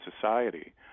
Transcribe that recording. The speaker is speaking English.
society